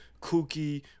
kooky